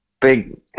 big